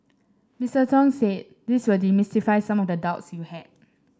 Mister Tong said this will demystify some of the doubts you had